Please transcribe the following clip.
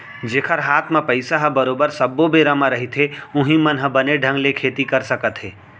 जेखर हात म पइसा ह बरोबर सब्बो बेरा म रहिथे उहीं मन ह बने ढंग ले खेती कर सकत हे